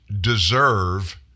deserve